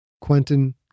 Quentin